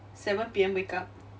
seven P_M wake up